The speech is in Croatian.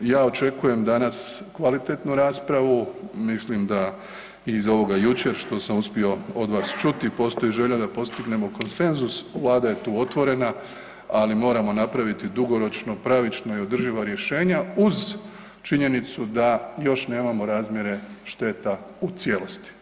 Ja očekujem danas kvalitetnu raspravu, mislim da iz ovoga jučer što sam uspio od vas čuti, postoji želja da postignemo konsenzus, Vlada je tu otvorena, ali moramo napraviti dugoročna, pravična i održiva rješenja uz činjenicu da još nemamo razmjere šteta u cijelosti.